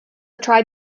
tried